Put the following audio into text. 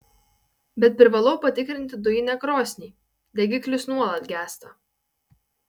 bet privalau patikrinti dujinę krosnį degiklis nuolat gęsta